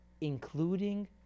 including